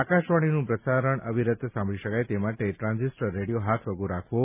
આકાશવાણીનું પ્રસારણ અવિરત સાંભળી શકાય તે માટે ટ્રાન્ઝીસ્ટર રેડિયો હાથવગો રાખવો